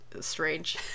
strange